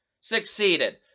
succeeded